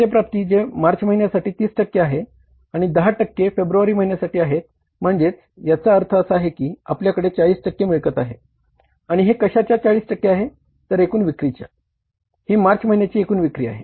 खाते प्राप्ती जे मार्च महिन्यासाठी 30 टक्के आहे आणि 10 टक्के फेब्रुवारी महिन्यासाठी आहेत म्हणजे याचा अर्थ असा की आपल्याकडे 40 टक्के मिळकत आहे आणि हे कशाच्या 40 टक्के आहे तर एकूण विक्रीच्या हि मार्च महिन्याची एकूण विक्री आहे